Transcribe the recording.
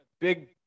big